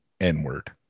n-word